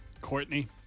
Courtney